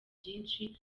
byinshi